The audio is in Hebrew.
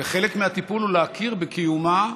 וחלק מהטיפול הוא להכיר בקיומה,